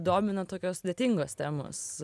domina tokios sudėtingos temos